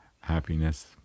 happiness